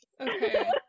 Okay